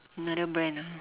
another brand ah